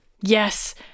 Yes